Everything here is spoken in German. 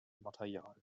material